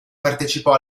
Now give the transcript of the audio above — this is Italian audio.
partecipò